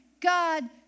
God